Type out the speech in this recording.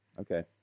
Okay